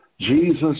Jesus